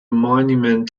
monument